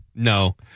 No